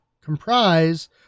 comprise